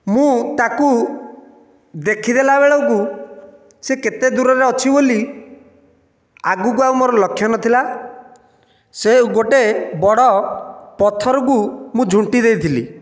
ମୁଁ ତାକୁ ଦେଖିଦେଲା ବେଳକୁ ସେ କେତେ ଦୂରରେ ଅଛି ବୋଲି ଆଗକୁ ଆଉ ମୋର ଲକ୍ଷ୍ୟ ନଥିଲା ସେ ଗୋଟିଏ ବଡ଼ ପଥରକୁ ମୁଁ ଝୁଣ୍ଟି ଦେଇଥିଲି